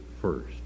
first